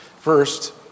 First